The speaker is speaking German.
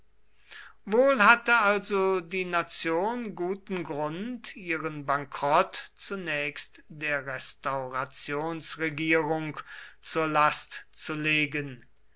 wohl hatte also die nation guten grund ihren bankrott zunächst der restaurationsregierung zur last zu legen